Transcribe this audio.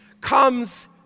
comes